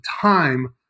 time